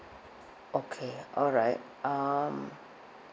okay alright um